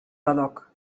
badoc